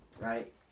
right